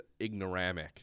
ignoramic